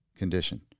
condition